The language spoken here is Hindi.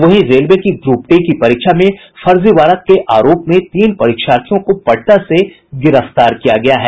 वहीं रेलवे की ग्रप डी की परीक्षा में फर्जीवाड़ा के आरोप में तीन परीक्षार्थियों को पटना से गिरफ्तार किया गया है